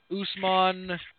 Usman